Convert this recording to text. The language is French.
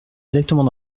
exactement